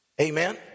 Amen